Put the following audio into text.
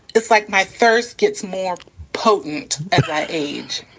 it's like my thirst gets more potent that age.